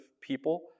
people